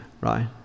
right